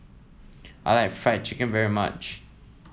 I like Fried Chicken very much